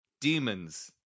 Demons